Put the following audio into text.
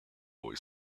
boy